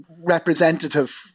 representative